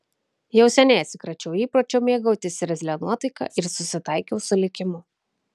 jau seniai atsikračiau įpročio mėgautis irzlia nuotaika ir susitaikiau su likimu